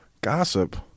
gossip